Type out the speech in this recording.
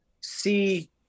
see